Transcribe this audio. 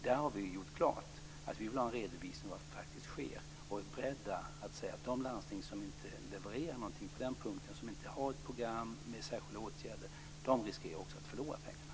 Där har vi gjort klart att vi vill ha en redovisning av vad som sker och att vi är beredda att säga att de landsting som inte levererar någonting på den punkten, som inte har ett program med särskilda åtgärder, riskerar att förlora pengarna.